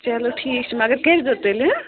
چلو ٹھیٖک چھُ مگر کٔرۍ زیٚو تیٚلہِ ہٕ